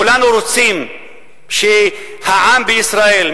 כולנו רוצים שהעם בישראל,